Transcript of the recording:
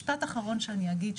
משפט אחרון שאני אגיד,